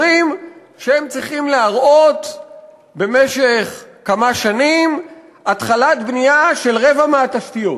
אומרים שהם צריכים להראות במשך כמה שנים התחלת בנייה של רבע מהתשתיות,